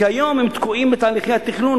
כי היום הם תקועים בתהליכי התכנון,